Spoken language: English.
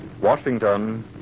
Washington